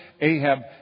Ahab